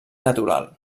natural